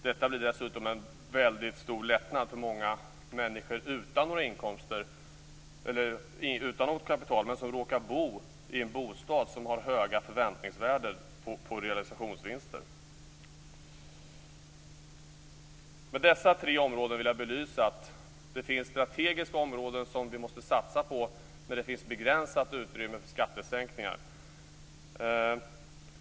Detta blir dessutom en väldigt stor lättnad för många människor som inte har något kapital men som råkar bo i bostäder med höga förväntningsvärden på realisationsvinster. Med dessa tre områden vill jag belysa att det finns strategiska områden som vi måste satsa på när det finns ett begränsat utrymme för skattesänkningar.